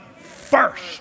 first